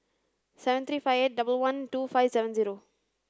seven three five eight double one two five seven zero